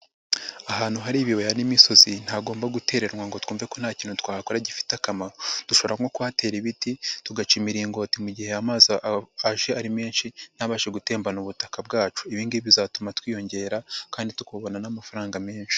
Ahantu hari ibibaya n'imisozi ntihagomba gutereranwa ngo twumve ko nta kintu twahakora gifite akamaro, dushobora nko kuhatera ibiti, tugaca imiringoti mu gihe amazi aje ari menshi, ntabashe gutembana ubutaka bwacu, ibi ngibi bizatuma twiyongera kandi tukabona n'amafaranga menshi.